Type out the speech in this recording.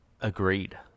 agreed